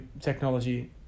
technology